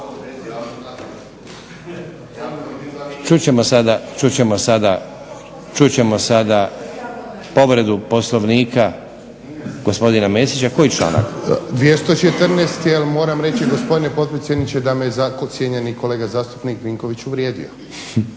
Čut ćemo sada povredu Poslovnika gospodina Mesića. Koji članak? **Mesić, Jasen (HDZ)** 214. jer moram reći gospodine potpredsjedniče da me cijenjeni kolega zastupnik Vinković uvrijedio.